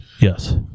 Yes